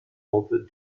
pompe